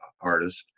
artist